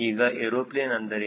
ಈಗ ಏರೋಪ್ಲೇನ್ ಅಂದರೇನು